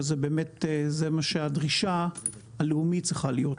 שזה באמת מה שהדרישה הלאומית צריכה להיות.